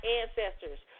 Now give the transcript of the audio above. ancestors